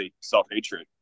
self-hatred